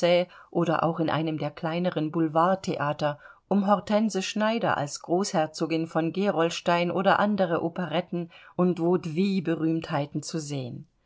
oder auch in einem der kleineren boulevard theater um hortense schneider als großherzogin von gerolstein oder andere operetten und vaudeville berühmtheiten zu sehen